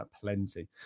plenty